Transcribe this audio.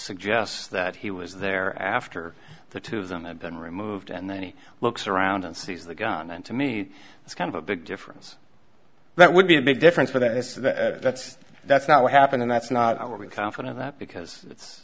suggests that he was there after the two of them had been removed and then he looks around and sees the gun and to me it's kind of a big difference that would be a big difference for that is that that's not what happened that's not i will be confident that because it's